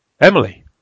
Emily